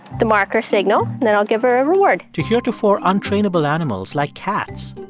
the marker signal, and then i'll give her a reward. to heretofore untrainable animals, like cats,